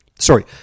Sorry